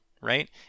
Right